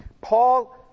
Paul